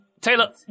taylor